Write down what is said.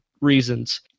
reasons